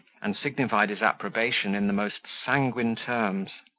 and signified his approbation in the most sanguine terms.